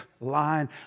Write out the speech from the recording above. line